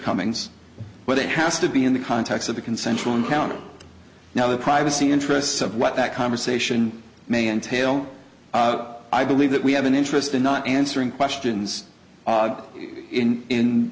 cummings but it has to be in the context of the consensual encounter now the privacy interests of what that conversation may entail i believe that we have an interest in not answering questions in in